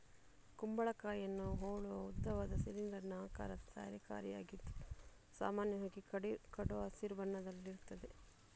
ಕುಂಬಳಕಾಯಿಯನ್ನ ಹೋಲುವ ಉದ್ದವಾದ, ಸಿಲಿಂಡರಿನ ಆಕಾರದ ತರಕಾರಿಯಾಗಿದ್ದು ಸಾಮಾನ್ಯವಾಗಿ ಕಡು ಹಸಿರು ಬಣ್ಣದಲ್ಲಿರ್ತದೆ